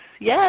yes